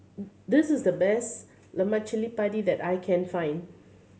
this is the best lemak cili padi that I can find